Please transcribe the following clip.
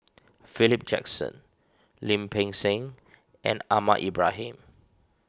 Philip Jackson Lim Peng Siang and Ahmad Ibrahim